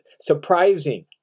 surprising